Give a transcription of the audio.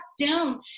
down